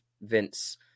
Vince